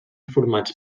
formats